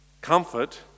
Comfort